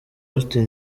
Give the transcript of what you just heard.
austin